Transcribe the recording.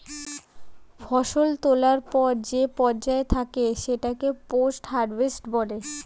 ফসল তোলার পর যে পর্যায় থাকে সেটাকে পোস্ট হারভেস্ট বলে